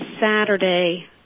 Saturday